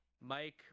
Mike